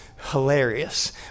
Hilarious